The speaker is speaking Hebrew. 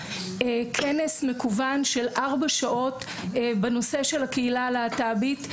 כנס מקוון של ארבע שעות בנושא של הקהילה הלהט"בית,